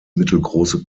mittelgroße